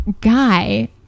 guy